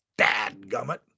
Dadgummit